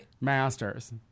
Masters